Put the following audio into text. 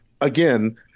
again